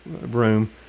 room